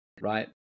right